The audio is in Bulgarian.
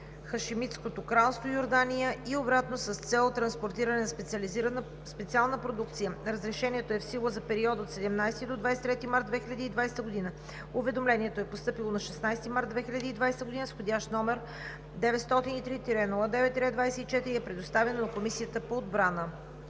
Хашемитското кралство Йордания и обратно с цел транспортиране на специална продукция. Разрешението е в сила за периода от 17 до 23 март 2020 г. Уведомлението е постъпило на 16 март 2020 г. с входящ № 903-09-24 и е предоставено на Комисията по отбрана.